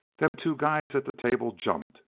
them two guys at the table jumped.